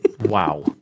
wow